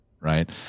right